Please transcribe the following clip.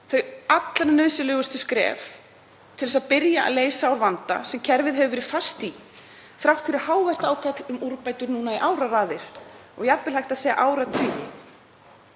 sér allra nauðsynlegustu skrefin til þess að byrja að leysa úr vanda sem kerfið hefur verið fast í þrátt fyrir hávært ákall um úrbætur í áraraðir og jafnvel er hægt að segja áratugi.